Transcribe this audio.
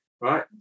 right